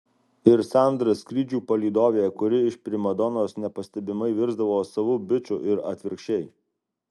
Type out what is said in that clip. ir sandra skrydžių palydovė kuri iš primadonos nepastebimai virsdavo savu biču ir atvirkščiai